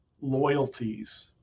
loyalties